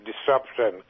disruption